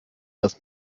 das